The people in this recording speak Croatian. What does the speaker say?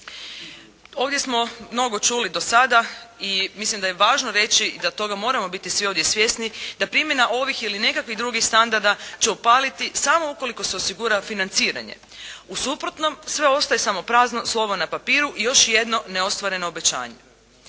Ovdje smo mnogo čuli do sada i mislim da je važno reći da toga moramo biti svi ovdje svjesni, da primjena ovih ili nekakvih drugih standarda će upaliti samo ukoliko se osigura financiranje. U suprotnom, sve ostaje samo prazno slovo na papiru i još jedno neostvareno obećanje.